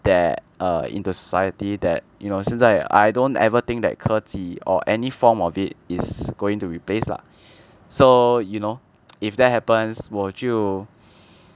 that err in the society that you know 现在 I don't ever think that 科技 or any form of it is going to replace lah so you know if that happens 我就